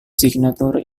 signature